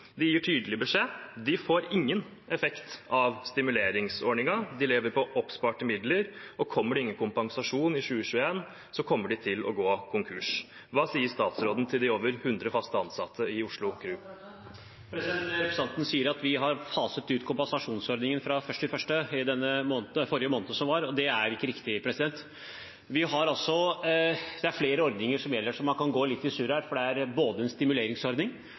gir tydelig beskjed: De får ingen effekt av stimuleringsordningen. De lever av oppsparte midler, og kommer det ingen kompensasjon i 2021, kommer de til å gå konkurs. Hva vil statsråden si til de over 100 fast ansatte i Oslo Kru? Representanten sier at vi faset ut kompensasjonsordningen fra den 1. i forrige måned, men det er ikke riktig. Det er flere ordninger som gjelder, så man kan gå litt i surr. Stimuleringsordningen er